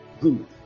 Good